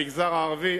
המגזר הערבי,